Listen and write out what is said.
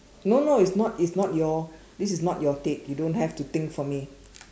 no no it's not it's not your this is not your take you don't have to think for me